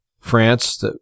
France